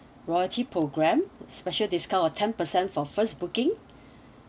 loyalty program special discount of ten percent for first booking